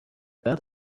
that